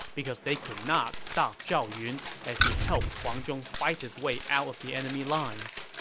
because they could not stop zhao yun as he helped huang zhong fight his way out of the enemy lines.